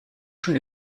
schon